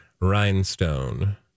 Rhinestone